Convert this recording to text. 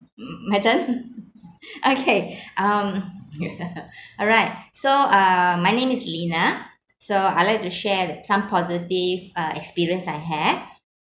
mm my turn okay um ya alright so uh my name is lina so I'd like to share that some positive uh experience that I had